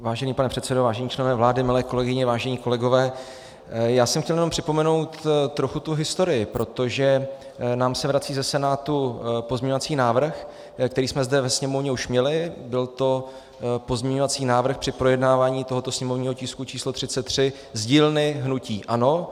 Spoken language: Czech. Vážený pane předsedo, vážení členové vlády, milé kolegyně, vážení kolegové, chtěl jsem jenom připomenout trochu tu historii, protože nám se vrací ze Senátu pozměňovací návrh, který jsme zde ve Sněmovně už měli, byl to pozměňovací návrh při projednávání tohoto sněmovního tisku č. 33 z dílny hnutí ANO.